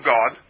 God